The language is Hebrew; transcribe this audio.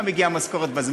המשכורת גם מגיעה בזמן,